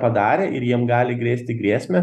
padarę ir jiem gali grėsti grėsmę